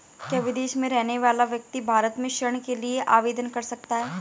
क्या विदेश में रहने वाला व्यक्ति भारत में ऋण के लिए आवेदन कर सकता है?